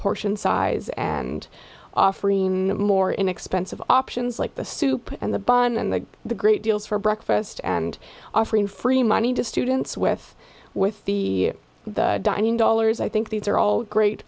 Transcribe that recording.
portion size and offering more inexpensive options like the soup and the bun and the great deals for breakfast and offering free money to students with with the dining dollars i think these are all great